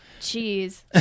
Jeez